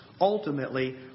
ultimately